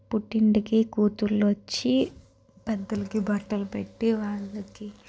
పుట్టింటికి కూతుళ్ళు వచ్చి పెద్దలకి బట్టలు పెట్టి వాళ్ళకి